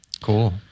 Cool